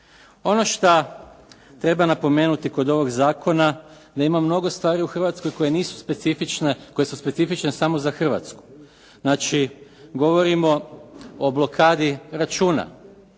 Ono šta treba napomenuti kod ovog zakona da ima mnogo stvari u Hrvatskoj koje nisu specifične, koje su specifične samo za Hrvatsku. Znači govorimo o blokadi računa.